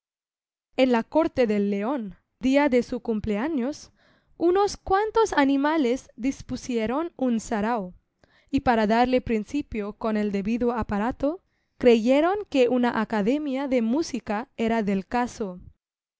en la corte del león día de su cumpleaños unos cuantos animales dispusieron un sarao y para darle principio con el debido aparato creyeron que una academia de música era del caso